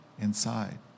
inside